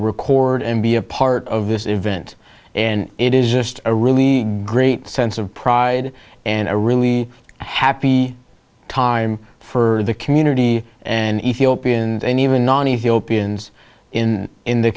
record and be a part of this event and it is just a really great sense of pride and a really happy time for the community and ethiopian even non ethiopians in in the